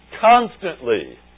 constantly